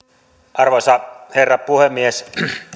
arvoisa herra puhemies